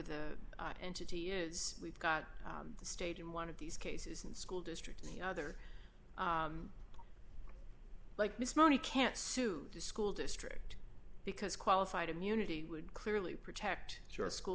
the entity is we've got a state in one of these cases and school district and the other like ms money can't sue the school district because qualified immunity would clearly protect your school